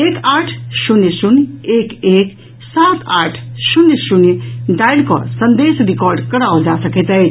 एक आठ शून्य शून्य एक एक सात आठ शून्य शून्य डायल कऽ संदेश रिकार्ड कराओल जा सकैत अछि